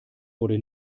wurde